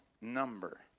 number